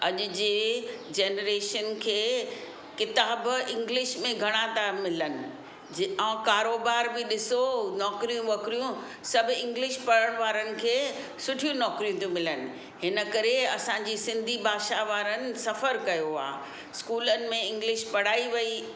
अॼु जे जनरेशन खे किताबु इंग्लिश में घणा था मिलनि ऐं कारोबार बि ॾिसो नौकिरियूं वौकरियूं सभु इंग्लिश पढ़ण वारनि खे सुठियूं नौकिरियूं थियूं मिलनि हिन करे असांजी सिंधी भाषा वारनि सफर कयो आहे स्कूलनि में इंग्लिश पढ़ाई वई